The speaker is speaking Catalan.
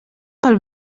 pel